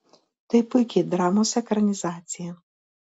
tai puiki dramos ekranizacija